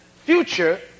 future